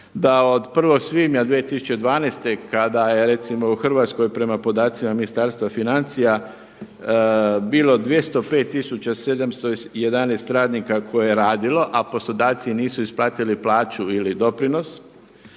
da od 1. svibnja 2012. kada je recimo u Hrvatskoj prema podacima Ministarstva financija bilo 205 tisuća 711 radnika koje je radilo a poslodavci nisu isplatili plaću ili doprinos.